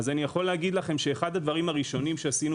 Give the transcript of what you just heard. אני יכול להגיד לכם שאחד הדברים הראשונים שעשינו